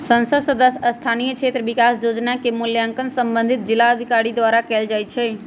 संसद सदस्य स्थानीय क्षेत्र विकास जोजना के मूल्यांकन संबंधित जिलाधिकारी द्वारा कएल जाइ छइ